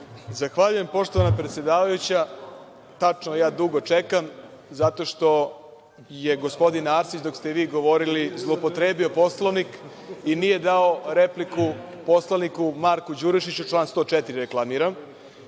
Zahvaljujem, poštovana predsedavajuća. Tačno ja dugo čekam zato što je gospodin Arsić, dok ste vi govorili, zloupotrebio Poslovnik i nije dao repliku poslaniku Marku Đurišiću, reklamiram